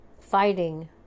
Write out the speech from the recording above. fighting